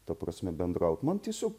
ta prasme bendraut man tiesiog